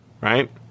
Right